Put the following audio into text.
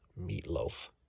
meatloaf